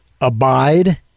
abide